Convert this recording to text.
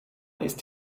ist